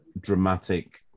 dramatic